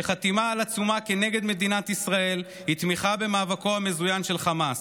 שחתימה על עצומה כנגד מדינת ישראל היא תמיכה במאבקו המזוין של חמאס.